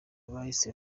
bahise